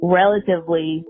relatively